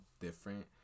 different